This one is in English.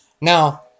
Now